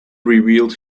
revealed